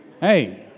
Hey